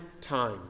time